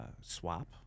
swap